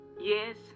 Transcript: yes